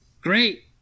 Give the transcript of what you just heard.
Great